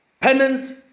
penance